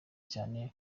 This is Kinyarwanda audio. cyane